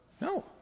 No